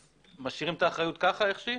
אז משאירים את האחריות כפי שהיא?